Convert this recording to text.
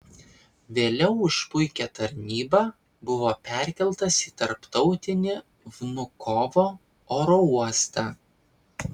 vėliau už puikią tarnybą buvo perkeltas į tarptautinį vnukovo oro uostą